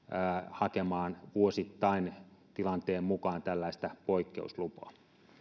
hakemaan vuosittain tilanteen mukaan tällaista poikkeuslupaa